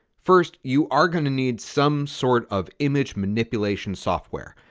first, you are going to need some sort of image manipulation software,